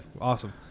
Awesome